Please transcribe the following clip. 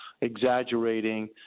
exaggerating